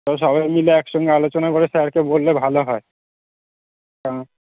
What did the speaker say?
চ সবাই মিলে এক সঙ্গে আলোচনা করে স্যারকে বললে ভালো হয় হ্যাঁ